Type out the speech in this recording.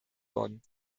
worden